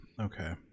Okay